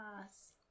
Yes